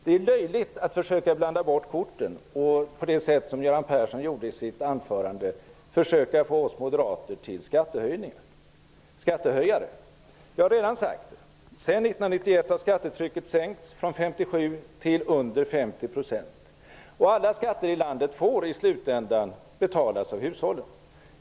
Det är löjligt att försöka blanda bort korten på det sätt som Göran Persson gjorde i sitt anförande och försöka göra oss moderater till skattehöjare. Jag har redan sagt detta en gång: Sedan 1991 har skattetrycket sänkts från 57 till under 50 %, och alla skatter får till slut betalas av hushållen.